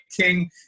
King